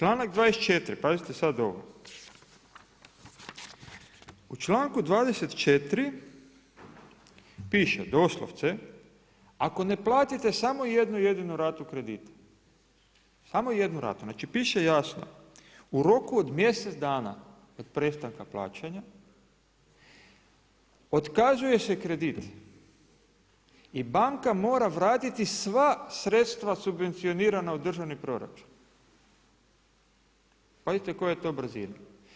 Dalje, čl.24., pazite sad ovo, u čl.24 piše doslovce ako ne platite samo jednu jedinu ratu kredita, samo jednu ratu, znači piše jasno, u roku od mjesec dana od prestanka plaćanja, otkazuje se kredit i banka mora vratiti sva sredstva subvencionirana u državni proračun, pazite koja je to brzina.